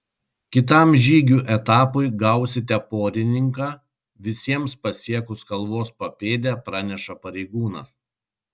kitam žygių etapui gausite porininką visiems pasiekus kalvos papėdę praneša pareigūnas